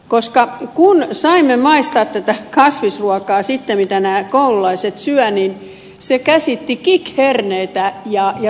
kun saimme sitten maistaa tätä kasvisruokaa mitä nämä koululaiset syövät niin se käsitti kikherneitä ja soijaa